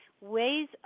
ways